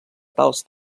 tals